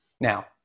Now